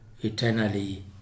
eternally